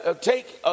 take